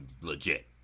legit